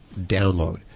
download